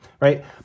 right